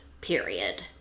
period